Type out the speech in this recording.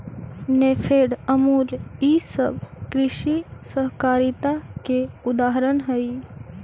नेफेड, अमूल ई सब कृषि सहकारिता के उदाहरण हई